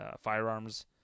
firearms